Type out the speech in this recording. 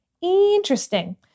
interesting